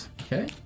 Okay